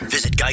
Visit